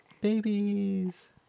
babies